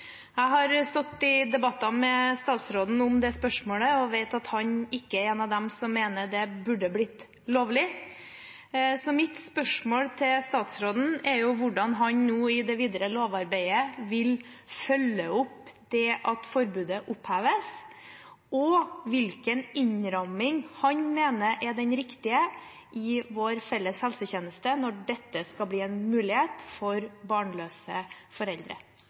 Jeg har stått i debatter med statsråden om det spørsmålet og vet at han ikke er en av dem som mener at det bør bli lovlig. Mitt spørsmål til statsråden er: Hvordan vil han i det videre lovarbeidet følge opp at forbudet oppheves, og hvilken innramming mener han er den riktige i vår felles helsetjeneste når dette skal bli en mulighet for barnløse